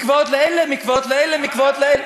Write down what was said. מקוואות לאלה, מקוואות לאלה ומקוואות לאלה?